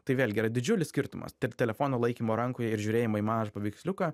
tai vėlgi yra didžiulis skirtumas telefono laikymo rankoje ir žiūrėjimo į mažą paveiksliuką